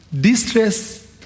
Distress